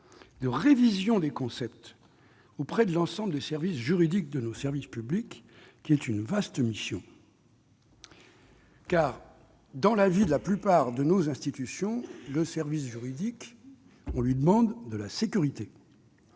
de révision des concepts auprès de l'ensemble des services juridiques de nos services publics, ce qui est une vaste mission. Dans la vie de la plupart de nos institutions, on demande au service juridique de la sécurité.